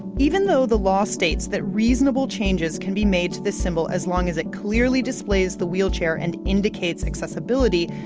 even though the law states that reasonable changes can be made to this symbol as long as it clearly displays the wheelchair and indicates accessibility,